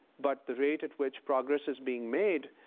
but the rate at which progress is being made,